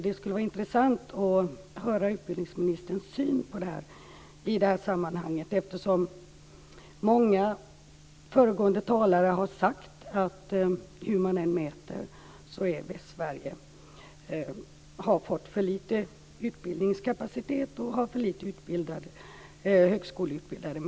Det skulle vara intressant att få utbildningsministerns syn på detta. Många föregående talare har sagt att hur man än mäter har Västsverige fått för liten utbildningskapacitet. Bl.a. har vi där för få högskoleutbildade.